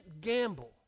gamble